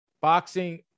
boxing